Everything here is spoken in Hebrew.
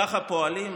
ככה פועלים?